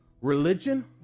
religion